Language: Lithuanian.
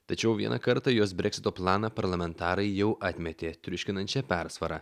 tačiau vieną kartą jos breksito planą parlamentarai jau atmetė triuškinančia persvara